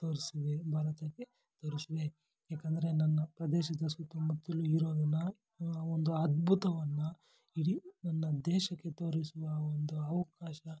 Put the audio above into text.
ತೋರಿಸುವೆ ಭಾರತಕ್ಕೆ ತೋರಿಸುವೆ ಯಾಕಂದ್ರೆ ನನ್ನ ಪ್ರದೇಶದ ಸುತ್ತಮುತ್ತಲು ಇರೋದನ್ನು ಒಂದು ಅದ್ಭುತವನ್ನು ಇಡೀ ನನ್ನ ದೇಶಕ್ಕೆ ತೋರಿಸುವ ಒಂದು ಅವಕಾಶ